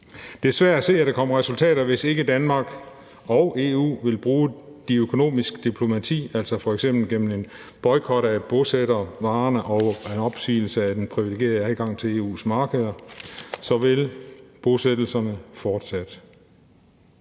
Det er svært at se, at der kommer resultater, og hvis ikke Danmark og EU vil bruge det økonomiske diplomati, altså f.eks. gennem en boykot af bosættervarer og en opsigelse af den privilegerede adgang til EU's marked, så vil bosættelserne fortsætte.